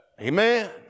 Amen